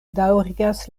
daŭrigas